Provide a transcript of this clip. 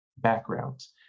backgrounds